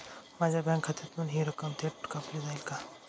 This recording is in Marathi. माझ्या बँक खात्यातून हि रक्कम थेट कापली जाईल का?